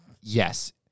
yes